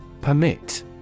Permit